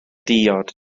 diod